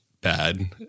bad